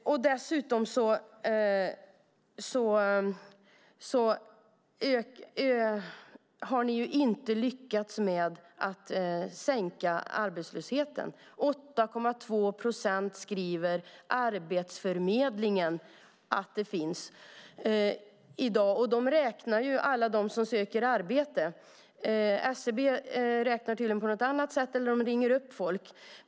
Dessutom har ni inte lyckats sänka arbetslösheten. 8,2 procent skriver Arbetsförmedlingen att det finns i dag. De räknar alla som söker arbete. SCB räknar tydligen på något annat sätt. De ringer upp folk.